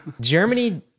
Germany